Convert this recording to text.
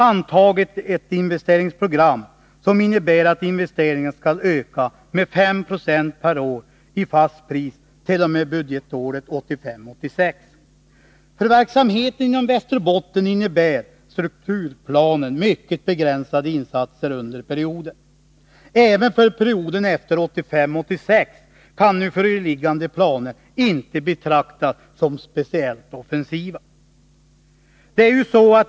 antagit ett investeringsprogram som innebär att investeringarna skall öka med 5 9 per år i fast pris, t.o.m. budgetåret 1985 86 kan nu föreliggande planer inte betraktas som speciellt offensiva.